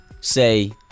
say